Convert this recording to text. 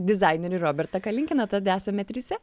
dizainerį robertą kalinkiną tad esame trise